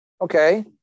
Okay